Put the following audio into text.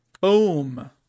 Boom